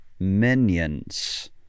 minions